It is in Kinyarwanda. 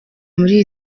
muri